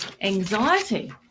Anxiety